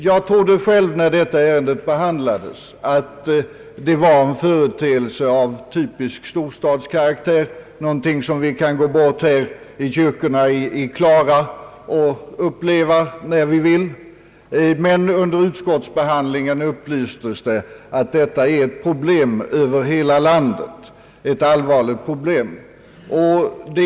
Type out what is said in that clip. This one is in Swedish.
När detta ärende behandlades trodde jag för min del att det gällde en företeelse av typisk storstadskaraktär, någonting som vi kan uppleva i kyrkorna i Klara etc. när som helst, men under utskottsbehandlingen upplystes att detta är ett allvarligt problem över hela landet.